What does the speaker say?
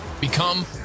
Become